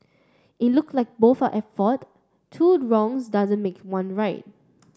it look like both are at fault two wrongs doesn't make one right